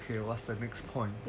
okay what's the next point